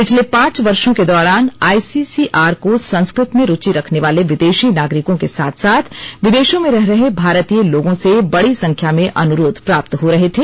पिछले पांच वर्षों के दौरान आईसीसीआर को संस्कृत में रुचि रखने वाले विदेशी नागरिकों के साथ साथ विदेशों में रह रहे भारतीय लोगों से बड़ी संख्या में अनुरोध प्राप्त हो रहे थे